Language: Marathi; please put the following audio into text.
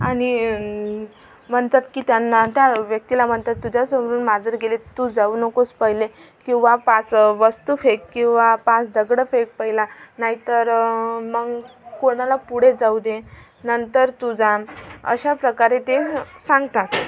आणि म्हणतात की त्यांना त्या व्यक्तीला म्हणतात तुझ्या समोरून मांजर गेली तू जाऊ नकोस पहिले किंवा पाच वस्तू फेक किंवा पाच दगड फेक पहिला नाही तर मग कोणाला पुढे जाऊ दे नंतर तू जा अशाप्रकारे ते सांगतात